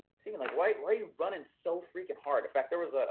stephen, like why are you running so freakin' hard? in fact, there was a,